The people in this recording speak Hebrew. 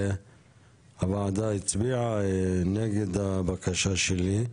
הוועדה הצביעה נגד הבקשה שלי.